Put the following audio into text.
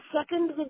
second